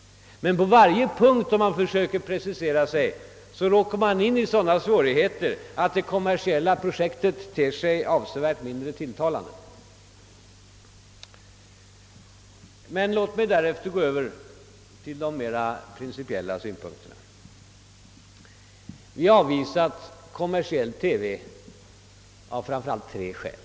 Men på varje punkt man försöker precisera råkar man in i sådana svårigheter att det kommersiella projektet ter sig avsevärt mindre tilltalande. Låt mig därefter gå över till de mera principiella synpunkterna. Vi har avvisat kommersiell TV av framför allt tre skäl.